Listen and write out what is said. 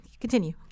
continue